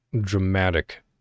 dramatic